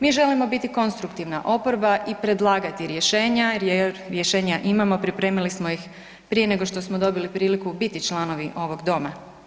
Mi želimo biti konstruktivna oporba i predlagati rješenja jer rješenja imamo, pripremili smo ih prije nego što smo dobili priliku biti članovi ovog Doma.